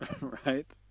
right